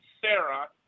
Sarah